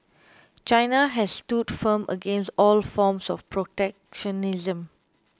China has stood firm against all forms of protectionism